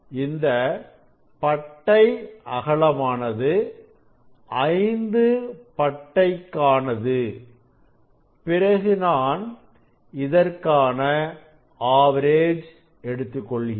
இந்த பட்டை அகலமானது 5 பட்டைக் ஆனது பிறகு நான் இதற்கான ஆவரேஜ் எடுத்துக் கொள்கிறேன்